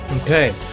Okay